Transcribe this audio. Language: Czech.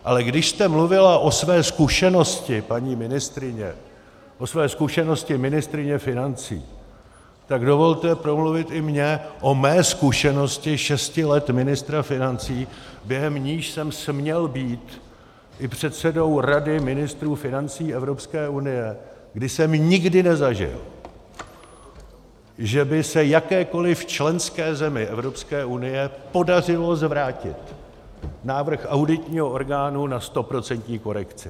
Ale když jste mluvila o své zkušenosti, paní ministryně, o své zkušenosti ministryně financí, tak dovolte promluvit i mně o mé zkušenosti šesti let ministra financí, během níž jsem směl být i předsedou Rady ministrů financí Evropské unie, kdy jsem nikdy nezažil, že by se jakékoliv členské zemi Evropské unie podařilo zvrátit návrh auditního orgánu na stoprocentní korekci.